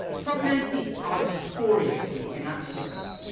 prognoses are notoriously inaccurate.